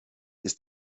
ist